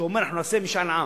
שאומר: אנחנו נעשה משאל עם,